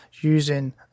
using